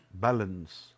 balance